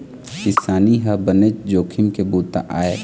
किसानी ह बनेच जोखिम के बूता आय